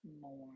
more